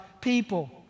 people